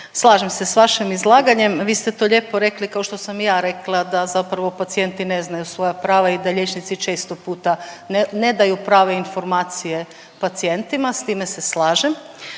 slažem se sa vašim izlaganjem. Vi ste to lijepo rekli kao što sam i ja rekla, da zapravo pacijenti ne znaju svoja prava i da liječnici često puta ne daju prave informacije pacijentima, sa time se slažem.